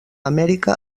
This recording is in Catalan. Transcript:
amèrica